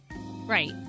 Right